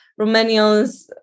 Romanians